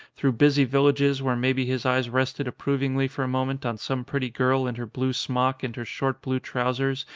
through busy vil lages where maybe his eyes rested approvingly for a moment on some pretty girl in her blue smock and her short blue trousers,